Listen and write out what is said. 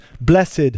Blessed